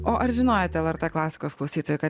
o ar žinojote lrt klasikos klausytojai kad